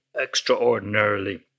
extraordinarily